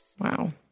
Wow